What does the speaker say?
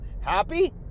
Happy